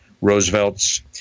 roosevelt's